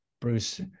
Bruce